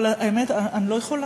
אבל האמת, אני לא יכולה.